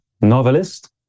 novelist